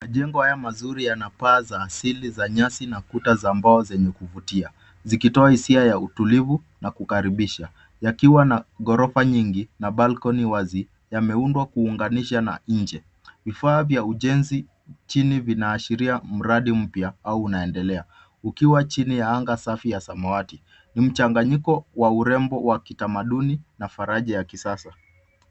Majengo haya mazuri yana paa za asili za nyasi na kuta za mbao zenye kuvutia. Zikitoa hisia ya utulivu na kukaribisha. Yakiwa na ghorofa nyingi, na balcony wazi, yameundwa kuunganisha na nje. Vifaa vya ujenzi chini vinaashiria mradi mpya au unaendelea. Ukiwa chini ya anga safi ya samawati. Ni mchanganyiko wa urembo wa kitamaduni na faraja ya kisasa.